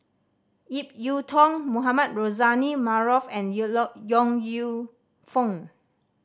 Ip Yiu Tung Mohamed Rozani Maarof and You Lack Yong Lew Foong